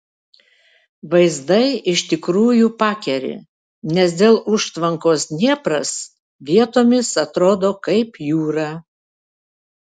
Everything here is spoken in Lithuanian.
vaizdai iš tikrųjų pakeri nes dėl užtvankos dniepras vietomis atrodo kaip jūra